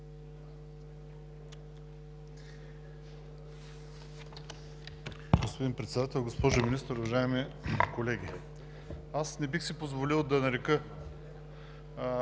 Господин Председател, госпожо Министър, уважаеми колеги! Аз не бих си позволил в никакъв